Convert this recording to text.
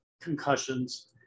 concussions